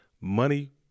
Money